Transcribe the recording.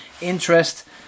interest